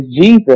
Jesus